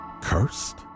Cursed